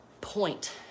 point